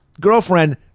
girlfriend